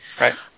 Right